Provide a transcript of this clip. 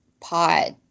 pot